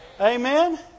Amen